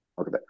Okay